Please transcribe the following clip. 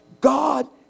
God